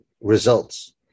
results